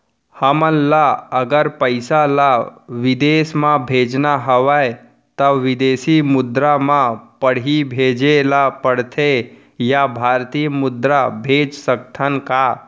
हमन ला अगर पइसा ला विदेश म भेजना हवय त विदेशी मुद्रा म पड़ही भेजे ला पड़थे या भारतीय मुद्रा भेज सकथन का?